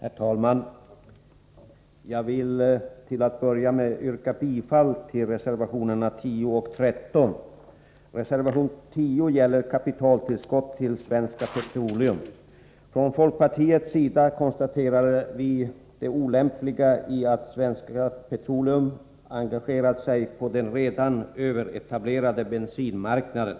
Herr talman! Jag vill till att börja med yrka bifall till reservationerna 10 och 23 Reservation 10 gäller kapitaltillskott till Svenska Petroleum. Från folkpartiets sida konstaterar vi det olämpliga i att Svenska Petroleum engagerar sig på den redan överetablerade bensinmarknaden.